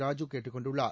ராஜூ கேட்டுக் கொண்டுள்ளார்